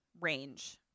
range